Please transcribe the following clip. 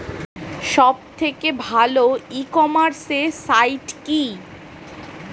সব থেকে ভালো ই কমার্সে সাইট কী?